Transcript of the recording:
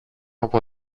από